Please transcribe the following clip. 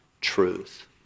truth